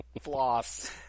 floss